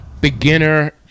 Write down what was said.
beginner